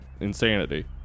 insanity